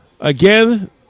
Again